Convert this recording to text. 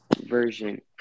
version